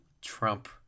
trump